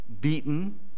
beaten